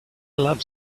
love